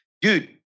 dude